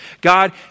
God